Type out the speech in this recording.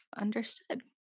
understood